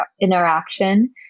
interaction